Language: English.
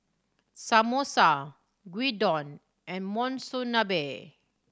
Samosa Gyudon and Monsunabe